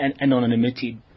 anonymity